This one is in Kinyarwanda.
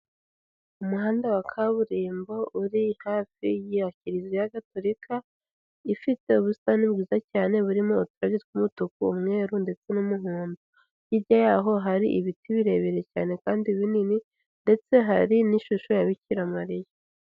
Umuhanda wa kaburimbo uri hafi ya Kiliziya Gatolika ifite ubusitani bwiza cyane burimo uturabyo tw'umutuku, umweru, ndetse n'umuhondo, hirya y'aho hari ibiti birebire cyane kandi binini ndetse hari n'ishusho ya Bikira Mariya.